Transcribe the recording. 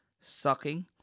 sucking